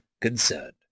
concerned